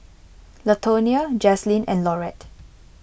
Latonia Jazlynn and Laurette